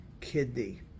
kidney